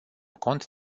cont